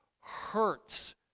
hurts